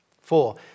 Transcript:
Four